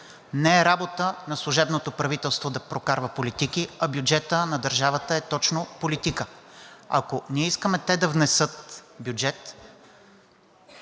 Не е работа на служебното правителство да прокарва политики, а бюджетът на държавата е точно политика. Ако ние искаме те да внесат бюджет,